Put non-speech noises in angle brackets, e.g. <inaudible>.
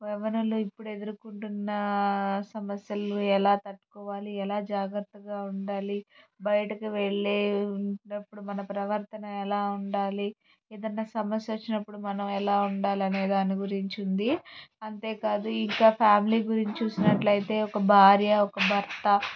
యవ్వనులు ఇప్పుడు ఎదుర్కుంటున్న సమస్యలు ఎలా తట్టుకోవాలి ఎలా జాగ్రత్తగా ఉండాలి బయటకి వెళ్ళే <unintelligible> అప్పుడు మన ప్రవర్తన ఎలా ఉండాలి ఏదన్నా సమస్యొచ్చిన్నప్పుడు మనమెలా ఉండాలనే దాని గురించి ఉంది అంతే కాదు ఇంక ఫ్యామిలీ గురించి చూసినట్లయితే ఒక భార్య ఒక భర్త